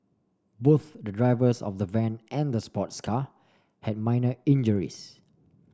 both the drivers of the van and the sports car had minor injuries